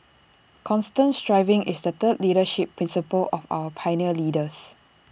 constant striving is the third leadership principle of our pioneer leaders